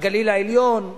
בגליל העליון,